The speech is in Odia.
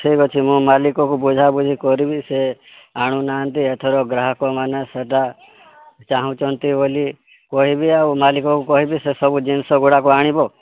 ଠିକ୍ ଅଛି ମୁଁ ମାଲିକ କୁ ବୁଝା ବୁଝି କରିବି ସେ ଆଣୁନାହାନ୍ତି ଏଥର ଗ୍ରାହକ ମାନେ ସେହିଟା ଚାହୁଁଛନ୍ତି ବୋଲି କହିବି ଆଉ ମାଲିକକୁ କହିବି ସେ ସବୁ ଜିନିଷ ଗୁଡ଼ାକ ଆଣିବ